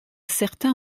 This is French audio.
certain